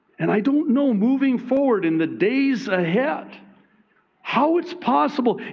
and i don't know moving forward in the days ahead how it's possible.